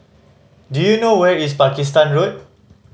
do you know where is Pakistan Road